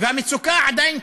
והמצוקה עדיין קיימת.